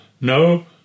no